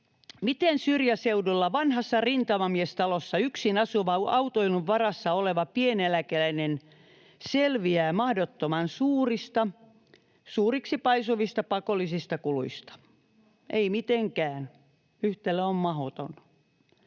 Miten syrjäseudulla vanhassa rintamamiestalossa yksin asuva autoilun varassa oleva pieneläkeläinen selviää mahdottoman suurista, suuriksi paisuvista pakollisista kuluista? Ei mitenkään. Yhtälö on mahdoton.